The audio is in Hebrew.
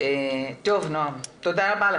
תודה רבה.